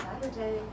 Saturday